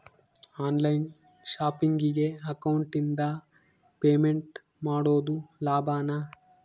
On line ಶಾಪಿಂಗಿಗೆ ಅಕೌಂಟಿಂದ payment ಮಾಡೋದು ಲಾಭಾನ?